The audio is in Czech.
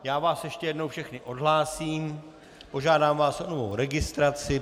Já vás ještě jednou všechny odhlásím a požádám vás o novou registraci.